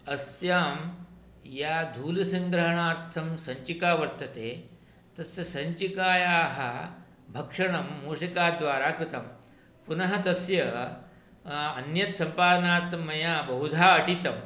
अस्यां या धूलसंग्रहणार्थं सञ्चिका वर्तते तस्य सञ्चिकायाः भक्षणं मूषिकाद्वारा कृतं पुनः तस्य अन्यत् सम्पादनार्थं मया बहुधा अटितं